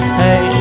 hey